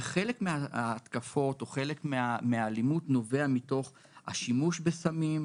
וחלק מההתקפות או חלק מהאלימות נובע מתוך השימוש בסמים,